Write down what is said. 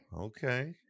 Okay